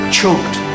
choked